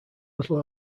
little